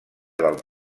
del